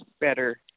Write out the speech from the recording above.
better